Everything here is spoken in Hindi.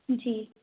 जी